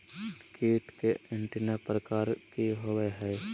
कीट के एंटीना प्रकार कि होवय हैय?